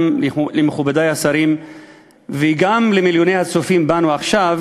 גם למכובדי השרים וגם למיליוני הצופים בנו עכשיו